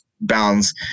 bounds